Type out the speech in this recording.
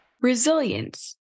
Resilience